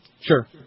Sure